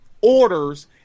orders